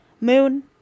Moon